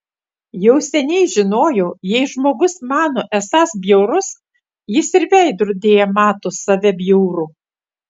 jau seniai žinojau jei žmogus mano esąs bjaurus jis ir veidrodyje mato save bjaurų